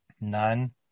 none